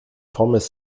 pommes